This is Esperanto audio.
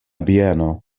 bieno